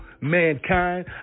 mankind